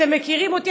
אתם מכירים אותי,